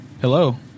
Hello